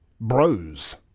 bros